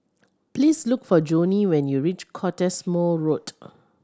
please look for Jonnie when you reach Cottesmore Road